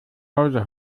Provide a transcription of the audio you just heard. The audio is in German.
hause